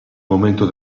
momento